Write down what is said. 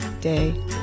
day